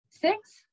Six